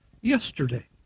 yesterday